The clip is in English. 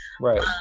Right